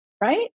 right